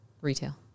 retail